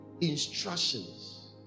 instructions